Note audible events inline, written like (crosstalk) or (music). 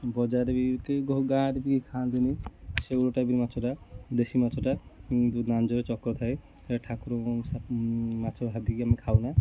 ବଜାରରେ (unintelligible) ଗାଁରେ କିଏ ଖାଆନ୍ତିନି ସେଉଳ ଟାଇପ୍ର ମାଛଟା ଦେଶୀ ମାଛଟା ଲାଞ୍ଜରେ ଚକ୍ର ଥାଏ ସେଟା ଠାକୁରଙ୍କ ମାଛ ଭାବିକି ଆମେ ଖାଉନା